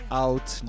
out